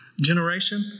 generation